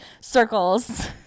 circles